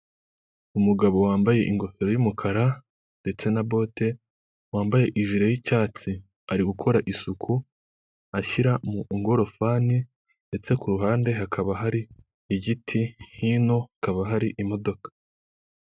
Umugabo wambaye ingofero y'umukara ndetse na bote wambaye ijire y'icyatsi ari gukora isuku ashyira mu ngorofani ndetse ku ruhande hakaba hari igiti hinokaba hari imodoka.